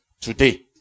today